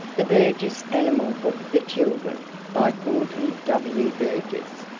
the burgess animal book for children by thornton w. burgess